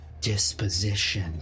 Disposition